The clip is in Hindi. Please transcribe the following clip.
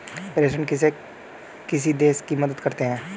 प्रेषण कैसे किसी देश की मदद करते हैं?